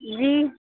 जी